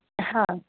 हां